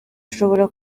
ashobora